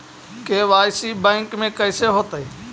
KYC bank में कैसे होतै?